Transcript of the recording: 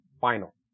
final